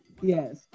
Yes